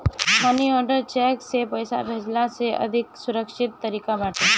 मनी order cheque से पईसा भेजला से अधिका सुरक्षित तरीका बाटे